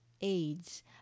aids